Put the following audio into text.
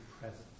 presence